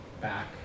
back